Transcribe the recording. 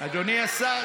אדוני השר,